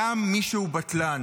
גם מי שהוא בטלן.